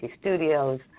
Studios